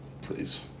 please